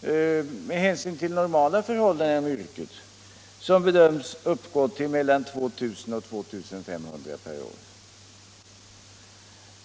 som under normala förhållanden inom yrket bedöms uppgå till mellan 2 000 och 2 500 bussförare per år.